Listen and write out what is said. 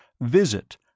visit